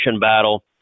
battle